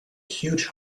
huge